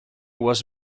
was